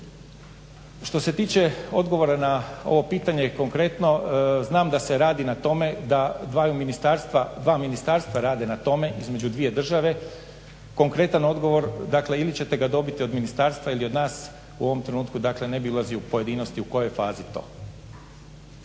Što se tiče odgovora na ovo pitanje konkretno, znam da se radi na tome da, dva ministarstva rade na tome između dvije države. Konkretan odgovor, dakle ili ćete ga dobiti od ministarstva ili od nas u ovom trenutku, dakle ne bih ulazio u pojedinosti u kojoj je fazi to.